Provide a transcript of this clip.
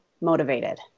motivated